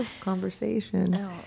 conversation